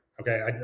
okay